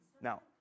Now